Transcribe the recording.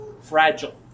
fragile